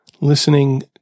listening